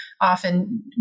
often